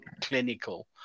clinical